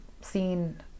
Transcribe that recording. Seen